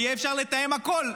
אפשר יהיה לתאם הכול.